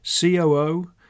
COO